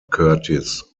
curtis